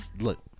Look